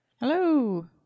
Hello